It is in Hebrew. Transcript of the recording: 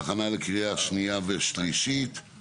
הכנה לקריאה שניה ושלישית.